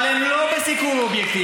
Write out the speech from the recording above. זה צילום, אבל הם לא בסיקור אובייקטיבי.